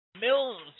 Mills